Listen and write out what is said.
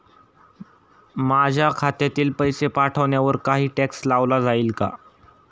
माझ्या खात्यातील पैसे पाठवण्यावर काही टॅक्स लावला जाईल का?